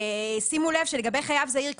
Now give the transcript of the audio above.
שימו לב שלגבי חייב זעיר,